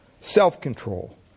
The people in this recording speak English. self-control